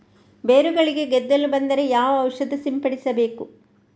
ಬೇರುಗಳಿಗೆ ಗೆದ್ದಲು ಬಂದರೆ ಯಾವ ಔಷಧ ಸಿಂಪಡಿಸಬೇಕು?